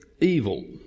evil